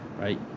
right